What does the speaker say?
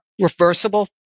reversible